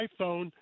iPhone